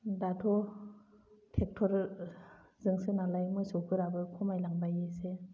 दाथ' टेक्टरजोंसो नालाय मोसौफोराबो खमाय लांबाय इसे